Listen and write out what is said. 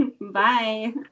Bye